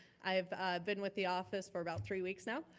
i've been with the office for about three weeks now,